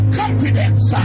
confidence